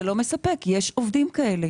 זה לא מספק כי יש עובדים כאלה,